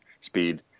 speed